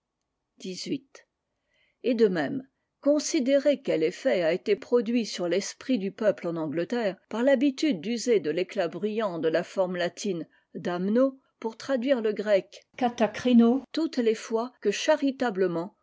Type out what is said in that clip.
et de même considérez quel effet a été produit sur l'esprit du peuple en angleterre par l'habitude d'user de l'éclat bruyant de la forme latine damno pour traduire le grec y rmxptvm toutes les fois que charitablement